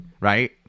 right